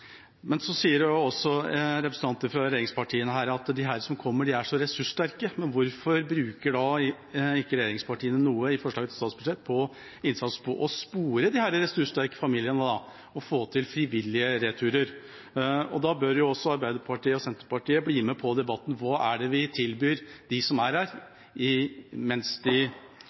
Men så sier også representanter fra regjeringspartiene her at de som kommer, er så ressurssterke. Hvorfor bruker ikke regjeringspartiene da noe i forslaget til statsbudsjett på innsats for å spore disse ressurssterke familiene og få til frivillige returer? Da bør også Arbeiderpartiet og Senterpartiet bli med på debatten: Hva er det vi tilbyr dem som er her, før de